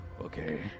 okay